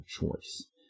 choice